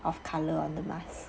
of colour on the mask